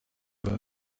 wird